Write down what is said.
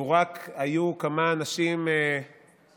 לו רק היו כמה אנשים משכילים